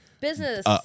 business